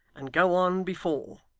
and go on before.